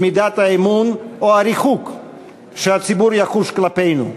את מידת האמון או הריחוק שהציבור יחוש כלפינו.